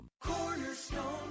Cornerstone